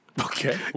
Okay